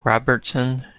robertson